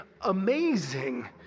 amazing